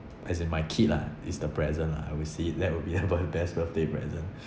as in my kid lah is the present lah I would see that would be a bir~ best birthday present